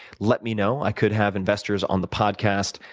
let me know i could have investors on the podcast.